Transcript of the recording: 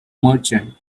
merchant